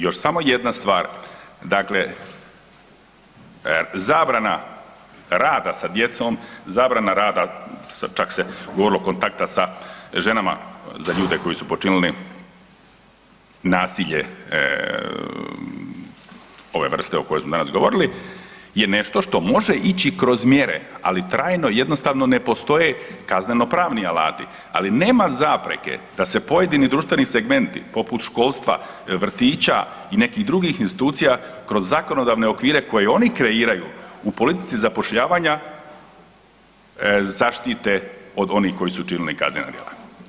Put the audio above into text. Još samo jedna stvar, dakle zabrana rada sa djecom, zabrana rada čak se govorilo kontakta sa ženama za ljude koji su počinili nasilje ove vrste o kojoj smo danas govorili je nešto što može ići kroz mjere, ali trajno jednostavno ne postoje kazneno pravni alati, ali nema zapreke da se pojedini društveni segmenti poput školstva, vrtića i nekih drugih institucija kroz zakonodavne okvire koje oni kreiraju u politici zapošljavanja zaštite od onih koji su učinili kaznena djela.